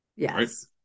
Yes